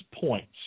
points